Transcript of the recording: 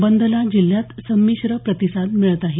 बंदला जिल्यात संमिश्र प्रतिसाद मिळत आहे